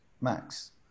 max